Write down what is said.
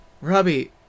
Robbie